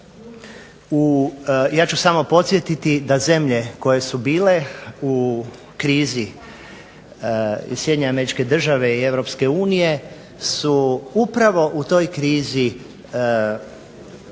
Ja ću samo podsjetiti da zemlje koje su bile u krizi iz SAD-a i EU su upravo u toj krizi stavile